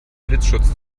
blitzschutz